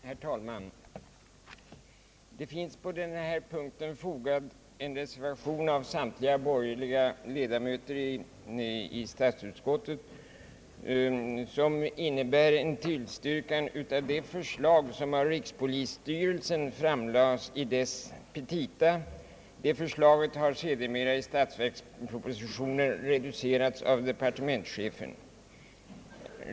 Herr talman! Vid denna punkt har samtliga borgerliga ledamöter i statsutskottet fogat en reservation, som innebär en tillstyrkan av det förslag som av rikspolisstyrelsen framlades i dess petita. Det förslaget har sedermera i statsverkspropositionen reducerats av departementschefen.